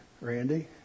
Randy